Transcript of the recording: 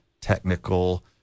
technical